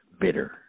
bitter